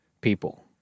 people